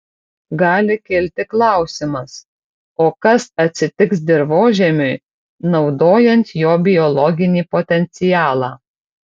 gali kilti klausimas o kas atsitiks dirvožemiui naudojant jo biologinį potencialą